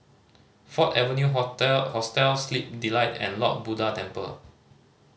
Ford Avenue Hotel Hostel Sleep Delight and Lord Buddha Temple